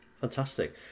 Fantastic